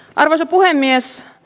arvoisa puhemies